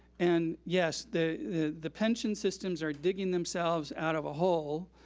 and yes the the pension systems are digging themselves out of a hole.